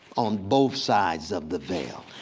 on both sides of the veil.